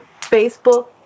Facebook